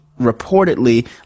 reportedly